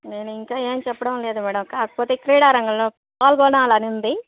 నేనింకా ఏమి చెప్పడం లేదు మేడం కాకపోతే క్రీడా రంగంలో పాల్గొనాలని ఉంది